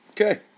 Okay